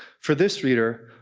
for this reader,